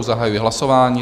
Zahajuji hlasování.